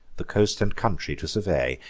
the coast and country to survey,